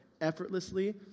effortlessly